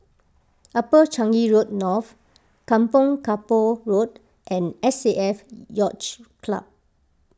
Upper Changi Road North Kampong Kapor Road and S A F Yacht Club